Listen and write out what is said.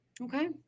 Okay